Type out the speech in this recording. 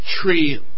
tree